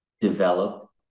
develop